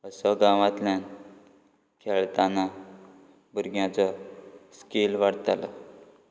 असो गांवातल्यान खेळताना भुरग्याचो स्कील वाडतालो